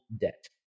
debt